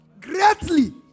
Greatly